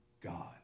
God